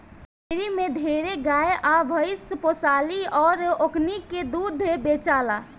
dairy में ढेरे गाय आ भइस पोसाली अउर ओकनी के दूध बेचाला